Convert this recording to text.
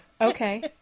okay